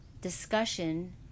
discussion